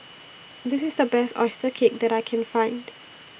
This IS The Best Oyster Cake that I Can Find